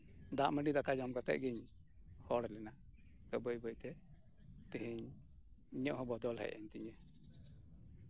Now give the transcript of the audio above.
ᱫᱟᱜ ᱢᱟᱰᱤ ᱫᱟᱠᱟ ᱡᱚᱢ ᱠᱟᱛᱮᱫ ᱜᱤᱧ ᱦᱚᱲ ᱞᱮᱱᱟ ᱟᱫᱚ ᱵᱟᱹᱭ ᱵᱟᱹᱭᱛᱮ ᱛᱮᱹᱦᱮᱹᱧ ᱤᱧᱟᱹᱜ ᱦᱚᱸ ᱵᱚᱫᱚᱞ ᱦᱮᱡ ᱮᱱ ᱛᱤᱧᱟ